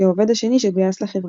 כעובד השני שגויס לחברה.